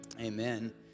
Amen